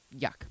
yuck